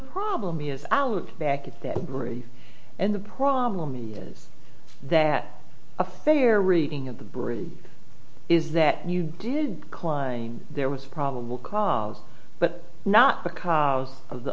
problem is out back at that brief and the problem is that a fair reading of the breed is that you did climb there was probable cause but not because of the